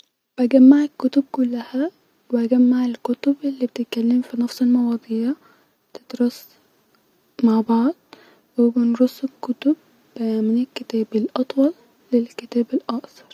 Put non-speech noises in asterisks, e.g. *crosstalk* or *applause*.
بقطع الفواكه الي انا هعمل بيها السلطه زي-الموز-برتقان-رمان-فراوله-اي فاكه تحب نحطها-ونجمعهم في طبق ونقطها قطع صغيره جدا ونحطهم في طبق كبير-ونحط عليهم سكر *hesitation* ست سبع معالق سكر وبنسبهم لمده ساعتين-وبعد كده بنحطهم في الطباق